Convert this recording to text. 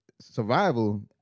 survival